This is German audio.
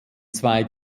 zwei